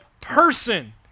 person